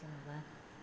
जेनेबा